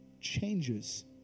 changes